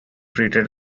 treated